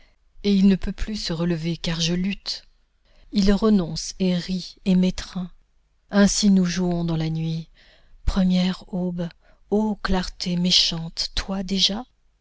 et il ne peut plus se relever car je lutte il renonce et rit et m'étreint ainsi nous jouons dans la nuit première aube ô clarté méchante toi déjà